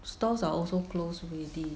stalls are also closed already